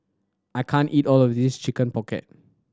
I can't eat all of this Chicken Pocket